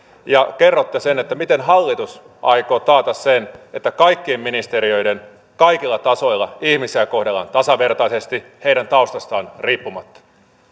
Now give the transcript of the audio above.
ja kerrotte sen miten hallitus aikoo taata sen että kaikkien ministeriöiden kaikilla tasoilla ihmisiä kohdellaan tasavertaisesti heidän taustastaan riippumatta